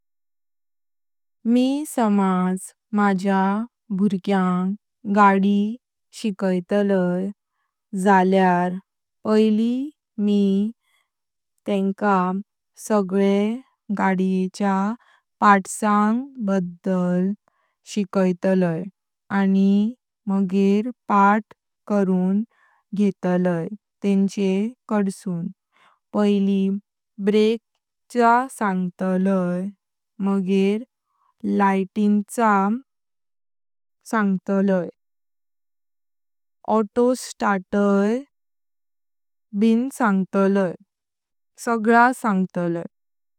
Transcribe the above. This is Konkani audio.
मी समज माज्या भुर्ग्यांग गाडी शिकैतलाय जल्यार पैली मी तेंका सगळे गाड्येचे पार्ट्स बद्दल शिकैतलाय आनी पाठ करून घेतलाय तेंचे कडसुन। पैली ब्रेक चा सांगतलाय, मागेर लाइटिन चा सांगतलाय। ऑटोसार्ट ताय ब सांगतलाय सगळ्या सांगतलाय पण रोने का नाही।